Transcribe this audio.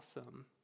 awesome